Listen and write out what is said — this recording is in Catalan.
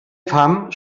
fam